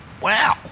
wow